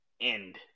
end